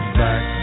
back